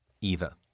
Eva